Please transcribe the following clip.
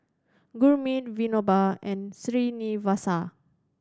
Gurmeet Vinoba and Srinivasa